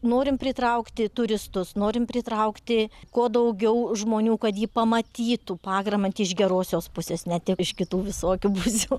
norim pritraukti turistus norim pritraukti kuo daugiau žmonių kad jį pamatytų pagramantį iš gerosios pusės ne tik iš kitų visokių pusių